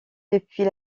depuis